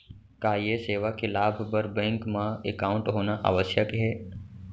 का ये सेवा के लाभ बर बैंक मा एकाउंट होना आवश्यक हे